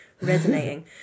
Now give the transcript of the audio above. resonating